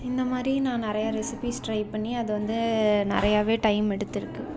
இந்த மாதிரி நான் நிறையா ரெசிப்பீஸ் ட்ரை பண்ணி அது வந்து நிறையாவே டைம் எடுத்திருக்கு